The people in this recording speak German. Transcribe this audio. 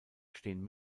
stehen